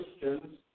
Christians